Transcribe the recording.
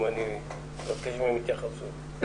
הכלולות במסמכים אלה: המדריך האירופי לניהול אנשי צוות.